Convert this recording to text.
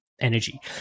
energy